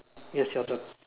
yes your turn